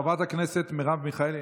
חברת הכנסת מרב מיכאלי,